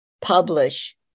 publish